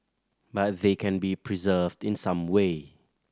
but they can be preserved in some way